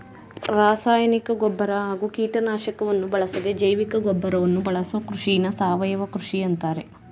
ರಾಸಾಯನಿಕ ಗೊಬ್ಬರ ಹಾಗೂ ಕೀಟನಾಶಕವನ್ನು ಬಳಸದೇ ಜೈವಿಕಗೊಬ್ಬರವನ್ನು ಬಳಸೋ ಕೃಷಿನ ಸಾವಯವ ಕೃಷಿ ಅಂತಾರೆ